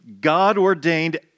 God-ordained